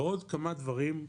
ועוד כמה דברים,